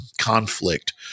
conflict